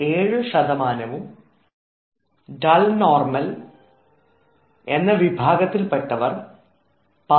7 dull normal എന്ന വിഭാഗത്തിൽപ്പെട്ടവർ 16